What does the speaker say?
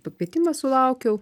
pakvietimą sulaukiau